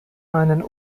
einen